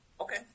Okay